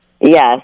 Yes